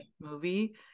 movie